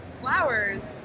flowers